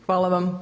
Hvala vam.